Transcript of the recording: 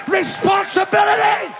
responsibility